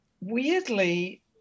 weirdly